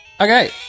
Okay